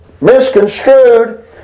misconstrued